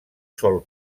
sol